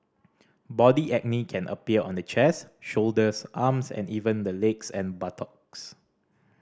body acne can appear on the chest shoulders arms and even the legs and buttocks